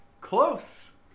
close